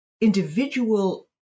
individual